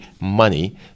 money